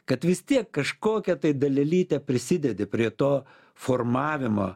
kad vis tiek kažkokią tai dalelytę prisidedi prie to formavimo